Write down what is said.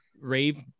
rave